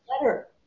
letter